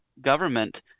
government